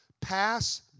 pass